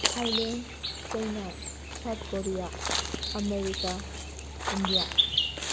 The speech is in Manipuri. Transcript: Thailand China South Korea America India